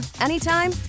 anytime